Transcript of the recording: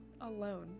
alone